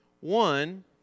One